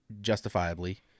Justifiably